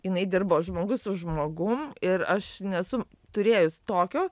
jinai dirbo žmogus su žmogum ir aš nesu turėjus tokio